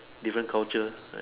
different culture